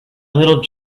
little